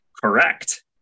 Correct